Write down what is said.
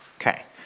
Okay